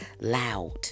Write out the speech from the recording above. loud